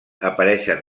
apareixen